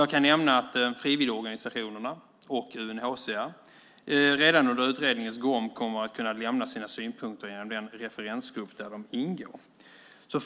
Jag kan nämna att frivilligorganisationerna och UNHCR redan under utredningens gång kommer att kunna lämna sina synpunkter genom den referensgrupp där de ingår.